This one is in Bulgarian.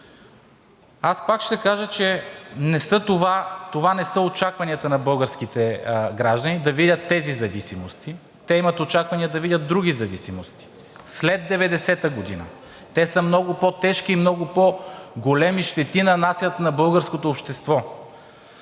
Аз пак ще кажа, че това не са очакванията на българските граждани да видят тези зависимости. Те имат очаквания да видят други зависимости – след 1990 г. Те са много по-тежки и много по-големи щети нанасят на българското общество,